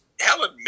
Helen